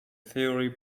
theory